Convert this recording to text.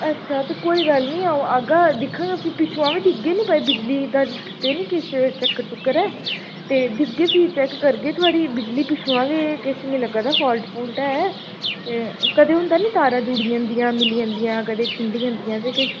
अच्छा ते कोई गल्ल निं अ'ऊं आह्गा दिक्खङ फ्ही पिच्छुआं बी दिक्खगे निं भई बिजली दा ते निं किश चक्कर चुक्कर ऐ ते दिक्खगे भी चैक्क करगे थुआढ़ी बिजली पिच्छुआं बी किश मी लग्गा दा फाल्ट फुल्ट है ते कदें होंदा निं तारां जुड़ी जंदियां मिली जंदियां ते कदें खिंडी जंदियां ते किश